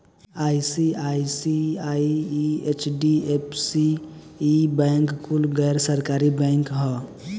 ICICI, HDFC, ई bank कुल गैर सरकारी बैंक ह